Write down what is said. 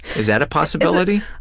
is that a possibility?